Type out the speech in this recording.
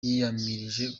yiyamirije